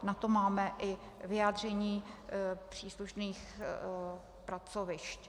Na to máme i vyjádření příslušných pracovišť.